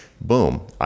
boom